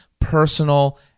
personal